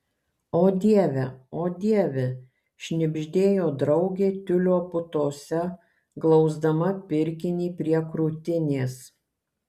o dieve o dieve šnibždėjo draugė tiulio putose glausdama pirkinį prie krūtinės